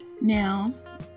now